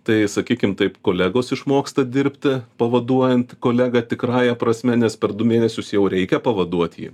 tai sakykim taip kolegos išmoksta dirbti pavaduojant kolegą tikrąja prasme nes per du mėnesius jau reikia pavaduot jį